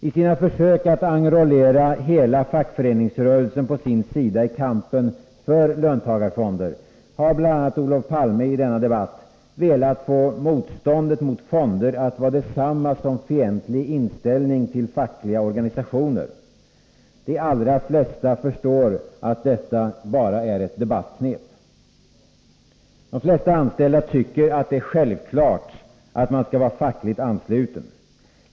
I sina försök att enrollera hela fackföreningsrörelsen på sin sida i kampen för löntagarfonder har bl.a. Olof Palme i denna debatt velat få motstånd mot fonder att vara detsamma som en fientlig inställning till fackliga organisationer. De allra flesta förstår att detta bara är ett debattknep. De flesta anställda tycker att det är självklart att man skall vara fackligt ansluten.